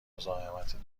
مزاحمتتون